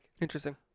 Interesting